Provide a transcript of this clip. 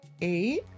Eight